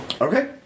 Okay